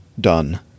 done